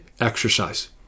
exercise